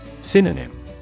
Synonym